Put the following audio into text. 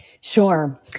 Sure